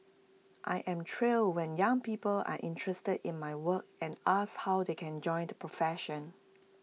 I am thrilled when young people are interested in my work and ask how they can join the profession